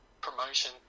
promotion